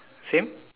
same